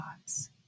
thoughts